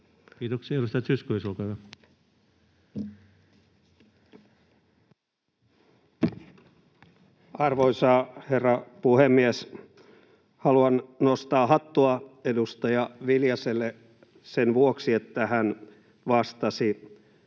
muuttamisesta Time: 16:51 Content: Arvoisa herra puhemies! Haluan nostaa hattua edustaja Viljaselle sen vuoksi, että hän vastasi